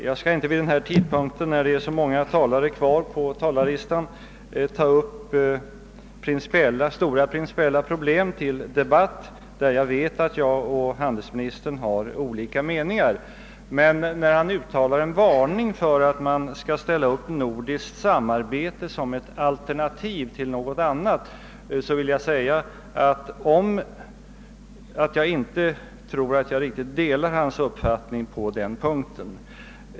Herr talman! Jag skall inte när så många talare återstår på talarlistan ta upp stora principiella problem till debatt, om vilka jag vet att handelsministern och jag har olika meningar. Men när han uttalar en varning för att ställa upp nordiskt samarbete som ett alternativ till något annat, vill jag säga att jag inte delar hans uppfattning.